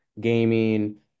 gaming